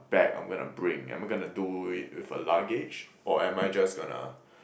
bag I'm gonna bring am I gonna do it with a luggage or am I just gonna